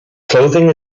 clothing